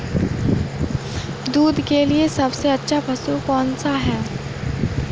दूध के लिए सबसे अच्छा पशु कौनसा है?